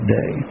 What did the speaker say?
Day